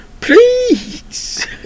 Please